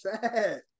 sad